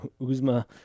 Uzma